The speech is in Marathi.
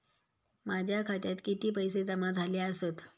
माझ्या खात्यात किती पैसे जमा झाले आसत?